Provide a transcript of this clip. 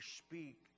speak